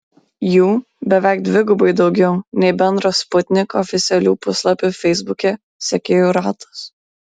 jų beveik dvigubai daugiau nei bendras sputnik oficialių puslapių feisbuke sekėjų ratas